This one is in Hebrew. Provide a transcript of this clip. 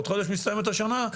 עוד חודש מסתיימת השנה,